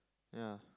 ya